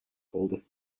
oldest